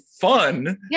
fun